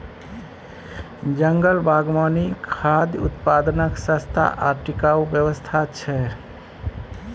जंगल बागवानी खाद्य उत्पादनक सस्ता आ टिकाऊ व्यवस्था छै